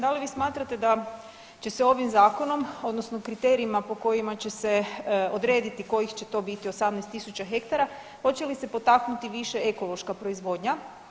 Da li vi smatrate da će se ovim zakonom odnosno kriterijima po kojima će se odrediti kojih će to biti 18.000 hektara hoće li se potaknuti više ekološka proizvodnja?